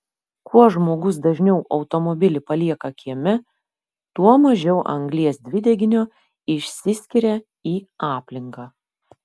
kuo žmogus dažniau automobilį palieka kieme tuo mažiau anglies dvideginio išsiskiria į aplinką